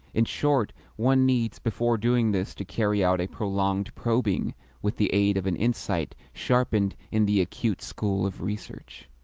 in short, one needs, before doing this, to carry out a prolonged probing with the aid of an insight sharpened in the acute school of research.